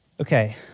Okay